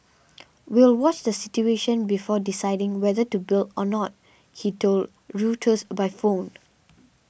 we'll watch the situation before deciding whether to build or not he told Reuters by phone